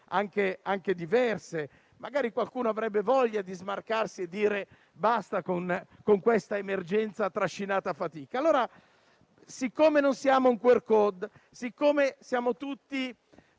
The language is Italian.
politiche diverse e qualcuno avrebbe voglia di smarcarsi e di dire basta a quest'emergenza trascinata a fatica. Allora, siccome non siamo un QR *code* e siamo tutti